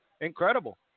Incredible